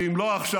ואם לא עכשיו,